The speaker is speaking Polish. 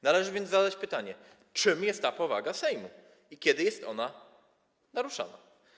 Należy więc zadać pytanie: Czym jest ta powaga Sejmu i kiedy jest ona naruszana?